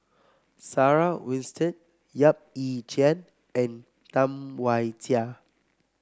Sarah Winstedt Yap Ee Chian and Tam Wai Jia